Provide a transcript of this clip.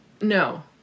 No